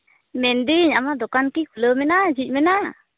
ᱢᱮᱱᱫᱟᱹᱧ ᱟᱢᱟᱜ ᱫᱚᱠᱟᱱ ᱠᱤ ᱠᱷᱩᱞᱟᱹᱣ ᱢᱮᱱᱟᱜᱼᱟ ᱡᱷᱤᱡ ᱢᱮᱱᱟᱜᱼᱟ